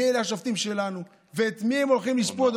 מי אלה השופטים שלנו ואת מי הם הולכים לשפוט,